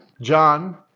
John